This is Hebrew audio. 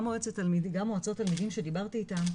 גם מועצות תלמידים שדיברתי איתם,